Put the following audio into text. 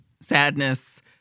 sadness